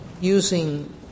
using